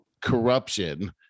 corruption